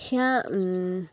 সেইয়া